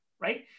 Right